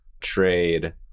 trade